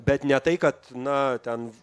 bet ne tai kad na ten